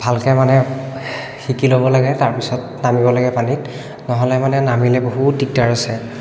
ভালকৈ মানে শিকি ল'ব লাগে তাৰপিছত নামিব লাগে পানীত নহ'লে মানে নামিলে বহুত দিগদাৰ আছে